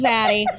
Zaddy